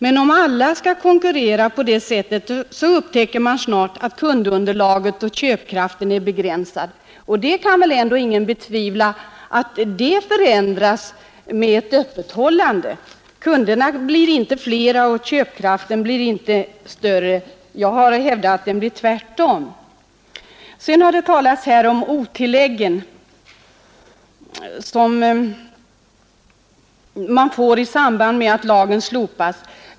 Men om alla skall konkurrera på det sättet så upptäcker man snart att kundunderlaget och köpkraften är begränsade. Det är väl ändå ingen som betvivlar att detta skulle förändras med öppethållandet. Kunderna blir inte fler och köpkraften blir inte större. Jag har hävdat motsatsen. Sedan har det talats om ob-tilläggen som man får i samband med lagens slopande.